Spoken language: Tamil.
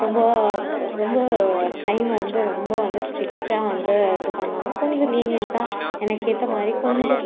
ரொம்ப ரொம்ப டைமை வந்து ரொம்ப ஸ்டிக்ட்டாக வந்து இது பண்ணாமல் கொஞ்சம் லினியண்ட்டாக எனக்கு ஏற்ற மாதிரி கொஞ்சம்